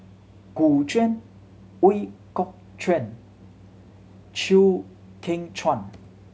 Gu Juan Ooi Kok Chuen Chew Kheng Chuan